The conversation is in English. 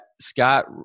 Scott